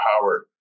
Howard